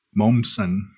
Momsen